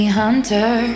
hunter